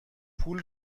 پول